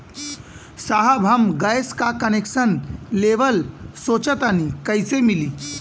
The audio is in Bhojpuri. साहब हम गैस का कनेक्सन लेवल सोंचतानी कइसे मिली?